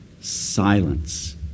silence